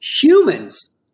Humans